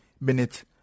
minute